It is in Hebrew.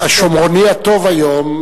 "השומרוני הטוב" היום,